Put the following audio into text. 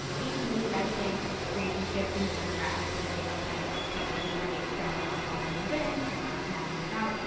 each new resident creates a shift in the demographics of the neighborhood that maybe makes someone else wanna move in, someone else wanna move out.